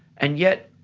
and yet,